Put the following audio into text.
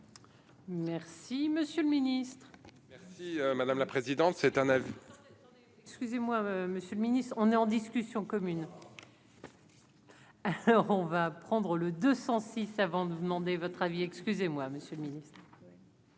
Merci, monsieur le Ministre. Merci madame la présidente, c'est un aveu. Excusez-moi, monsieur le Ministre, on est en discussion commune. à l'heure, on va prendre le 206 avant de vous demander votre avis, excusez-moi, monsieur le Ministre.